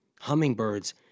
Hummingbirds